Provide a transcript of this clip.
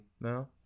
No